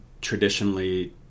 traditionally